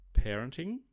parenting